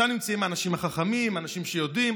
שם נמצאים האנשים החכמים, האנשים שיודעים.